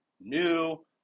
new